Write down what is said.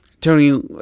Tony